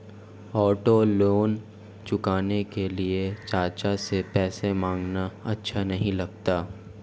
auto loan चुकाने के लिए चाचा से पैसे मांगना अच्छा नही लगता